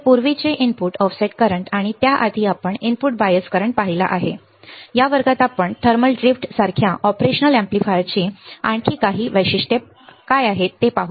तर पूर्वीचे input offset current आणि त्याआधी आपण इनपुट बायस करंट पाहिला आहे या वर्गात आपण थर्मल ड्रीफ्ट सारख्या ऑपरेशनल एम्पलीफायरची आणखी काही वैशिष्ट्ये काय आहेत ते पाहू